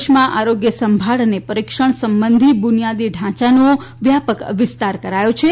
દેશમાં આરોગ્ય સંભાળ અને પરીક્ષણ સંબંધી બુનીયાદી ઢાંચાનો વ્યાપક વિસ્તાર કરાયો છે